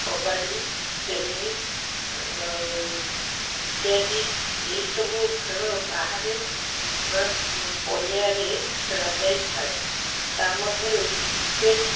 kabaddi tennis ଇତ୍ୟାଦି ଏହି ସବୁ ଖେଳ ବାହାରେ ବା ପଡ଼ିଆରେ ଖେଳା ଯାଇଥାଏ ତା ମଧ୍ୟରୁ କ୍ରିକେଟ